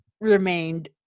remained